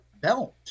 belt